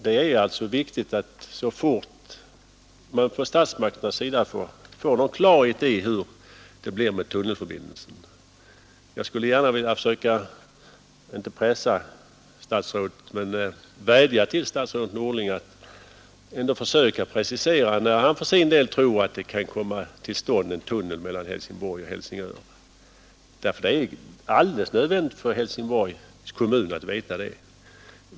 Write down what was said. Det är viktigt att vi får ett besked så fort statsmakterna vunnit klarhet i hur det blir med tunnelförbindelsen. Jag vill inte pressa kommunikationsministern, men jag vill vädja till honom att ändå försöka precisera när han tror att en tunnel mellan Helsingborg och Helsingör kan komma till stånd. Det är alldeles nödvändigt för Helsingborgs kommun att veta det.